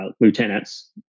lieutenants